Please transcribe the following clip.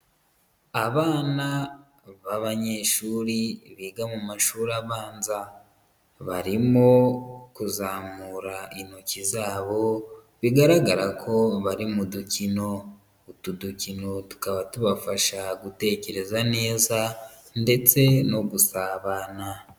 Abana b'abanyeshuri biga mu mashuri abanza, barimo kuzamura intoki zabo, bigaragara ko bari mu dukino, utu dukino tukaba tubafasha gutekereza neza ndetse no gusabana.